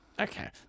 Okay